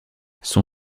son